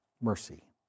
mercy